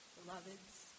beloveds